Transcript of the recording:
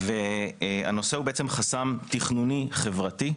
הנושא הוא בעצם חסם תכנוני חברתי,